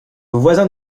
voisin